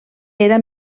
era